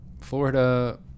Florida